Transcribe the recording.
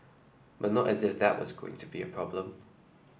but not as if that was going to be a problem